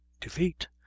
defeat